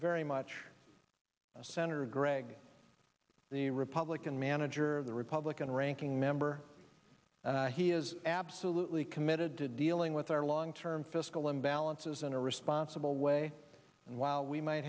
very much senator gregg the republican manager of the republican ranking member and he is absolutely committed to dealing with our long term fiscal imbalances in a responsible way and while we might